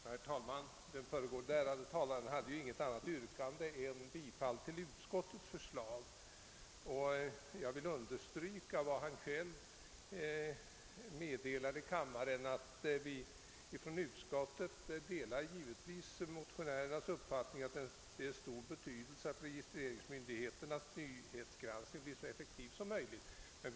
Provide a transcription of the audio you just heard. Herr talman! Den föregående ärade talaren hade inget annat yrkande än om bifall till utskottets hemställan. Jag vill understryka vad han själv meddelade kammaren, nämligen att utskottet givetvis delar motionärernas uppfattning att det är av stor betydelse att registeringsmyndighetens nyhetsgranskning blir så effektiv som möjligt.